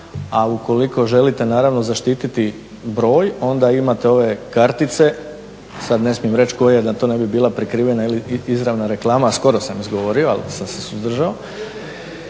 a ukoliko želite naravno zaštiti broj onda imate ove kartice, sad ne smije reći koje da nam to ne bi bila prikrivena ili izravna reklama, a skoro sam izgovorio, ali sam se suzdržao.